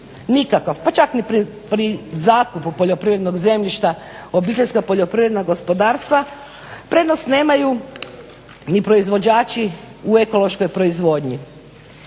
nikakvu pa čak ni pri zakupu poljoprivrednog zemljišta, OPG-i, prednost nemaju ni proizvođači u ekološkoj proizvodnji.